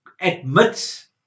admits